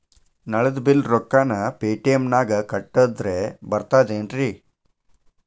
ನಳದ್ ಬಿಲ್ ರೊಕ್ಕನಾ ಪೇಟಿಎಂ ನಾಗ ಕಟ್ಟದ್ರೆ ಬರ್ತಾದೇನ್ರಿ?